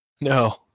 No